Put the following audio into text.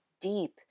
deep